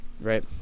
Right